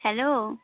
hello